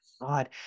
God